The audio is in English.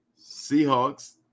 Seahawks